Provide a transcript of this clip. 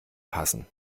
passen